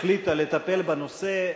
החליטה לטפל בנושא.